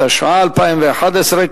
התשע"א 2011,